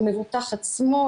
המבוטח עצמו,